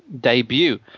debut